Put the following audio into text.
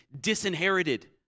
disinherited